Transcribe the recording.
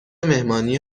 مهمانی